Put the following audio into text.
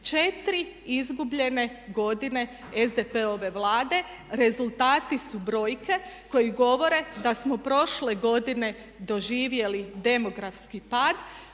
4 izgubljene godine SDP-ove Vlade rezultati su brojke koje govore da smo prošle godine doživjeli demografski pad,